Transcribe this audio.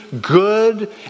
good